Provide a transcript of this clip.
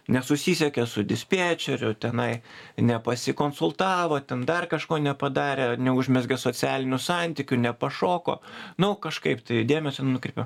nesusisiekė su dispečeriu tenai nepasikonsultavo ten dar kažko nepadarė neužmezgė socialinių santykių nepašoko nu kažkaip tai dėmesio nenukreipė